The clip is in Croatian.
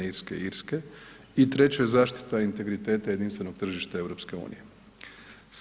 Irske i Irske i treće, zaštita integriteta jedinstvenog tržišta EU-a.